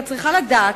את צריכה לדעת,